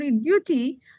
duty